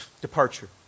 departure